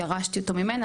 ירשתי אותו ממנה.